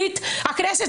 הילידים.